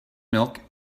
milk